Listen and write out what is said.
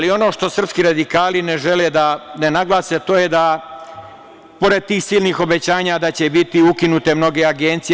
Ono što srpski radikali ne žele da ne naglase, to je da pored silnih obećanja da će biti ukinute mnoge agencije.